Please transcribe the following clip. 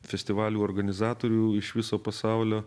festivalių organizatorių iš viso pasaulio